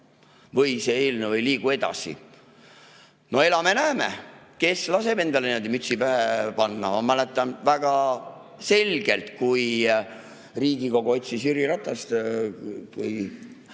või see eelnõu ei liigu edasi. No elame-näeme, kes laseb endale mütsi pähe tõmmata. Ma mäletan väga selgelt, kui Riigikogu otsis Jüri Ratast, kui